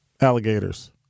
Alligators